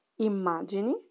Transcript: immagini